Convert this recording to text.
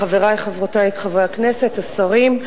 חברי וחברותי חברי הכנסת, השרים,